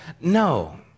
No